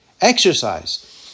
Exercise